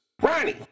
Ronnie